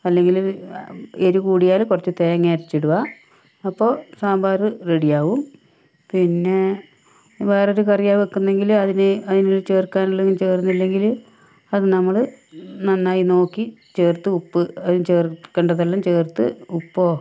അല്ലെങ്കിൽ എരുവ് കൂടിയാൽ കുറച്ച് തേങ്ങ അരച്ചിടുക അപ്പോൾ സാമ്പാർ റെഡിയാവും പിന്നെ വേറൊരു കറിയാണ് വയ്ക്കുന്നതെങ്കിൽ അതിനെ അതിനു ചേർക്കാനുള്ളത് ചേർന്നില്ലെങ്കിൽ അതു നമ്മൾ നന്നായി നോക്കി ചേർത്ത് ഉപ്പ് അതിൽ ചേർക്കേണ്ടതെല്ലാം ചേർത്ത് ഉപ്പോ